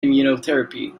immunotherapy